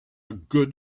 good